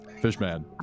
Fishman